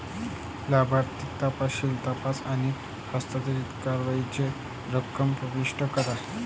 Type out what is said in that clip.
लाभार्थी तपशील तपासा आणि हस्तांतरित करावयाची रक्कम प्रविष्ट करा